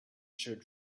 showed